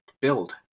build